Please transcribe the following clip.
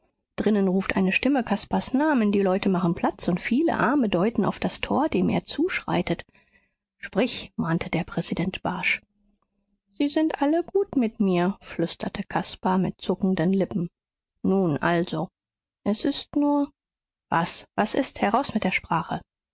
drinnen ruft eine stimme caspars namen die leute machen platz und viele arme deuten auf das tor dem er zuschreitet sprich mahnte der präsident barsch sie sind alle gut mit mir flüsterte caspar mit zuckenden lippen nun also es ist nur was was ist heraus mit der sprache